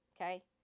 Okay